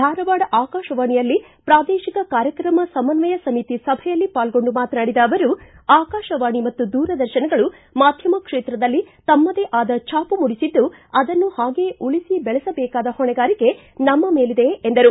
ಧಾರವಾಡ ಆಕಾಶವಾಣಿಯಲ್ಲಿ ಪ್ರಾದೇಶಿಕ ಕಾರ್ಯಕ್ರಮ ಸಮನ್ವಯ ಸಮಿತಿ ಸಭೆಯಲ್ಲಿ ಪಾಲ್ಗೊಂಡು ಮಾತನಾಡಿದ ಅವರು ಆಕಾಶವಾಣಿ ಮತ್ತು ದೂರದರ್ಶನಗಳು ಮಾಧ್ಯಮ ಕ್ಷೇತ್ರದಲ್ಲಿ ತಮ್ಮದೇ ಆದ ಭಾಮ ಮೂಡಿಸಿದ್ದು ಅದನ್ನು ಹಾಗೆಯೇ ಉಳಿಸಿ ಬೆಳೆಸಬೇಕಾದ ಹೊಣೆಗಾರಿಕೆ ನಮ್ನ ಮೇಲಿದೆ ಎಂದರು